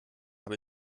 habe